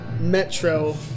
Metro